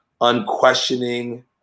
unquestioning